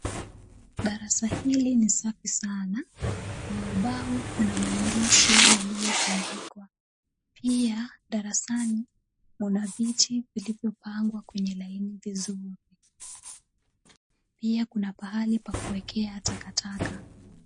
Darasa hili ni safi sana, kwa ubao kuna maandishi yaliyoandikwa. Pia darasani, kuna viti vilivyopangwa kwenye laini vizuri. Pia kuna pahali pa kuwekea takataka.